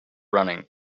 running